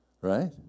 Right